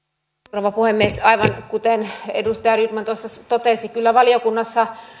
rouva puhemies aivan kuten edustaja rydman tuossa totesi kyllä valiokunnassa